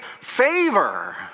favor